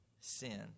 sin